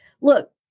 look